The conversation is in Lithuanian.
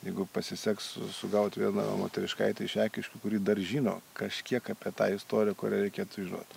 jeigu pasiseks su sugauti vieną moteriškaitę iš ekiškių kurį dar žino kažkiek apie tą istoriją kurią reikėtų žinot